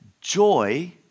joy